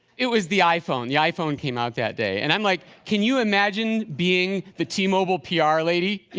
it was the iphone. the iphone came out that day. and i'm like, can you imagine being the t-mobile pr lady? you